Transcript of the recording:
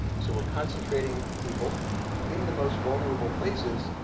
so we're concentrating people in the most vulnerable places,